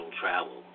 Travel